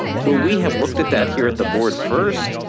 will we have looked at that here at the board first,